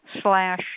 slash